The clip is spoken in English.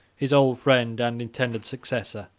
his old friend and intended successor,